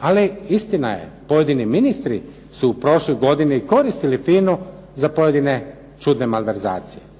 Ali istina je, pojedini ministri su u prošloj godini koristili FINA-u za pojedine čudne malverzacije.